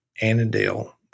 Annandale